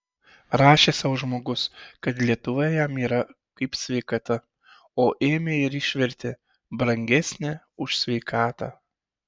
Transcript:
rašė sau žmogus kad lietuva jam yra kaip sveikata o ėmė ir išvertė brangesnė už sveikatą